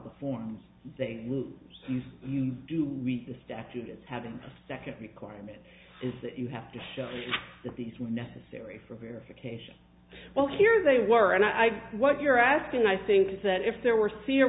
the forms they use you do read the statutes have a second requirement is that you have to show that these were necessary for verification well here they were and i what you're asking i think is that if there were see a